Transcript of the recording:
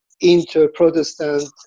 inter-Protestant